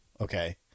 okay